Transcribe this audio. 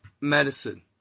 medicine